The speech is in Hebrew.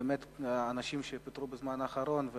אנשים שפוטרו בזמן האחרון,